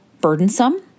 burdensome